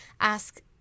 ask